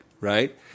Right